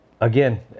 again